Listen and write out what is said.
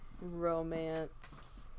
romance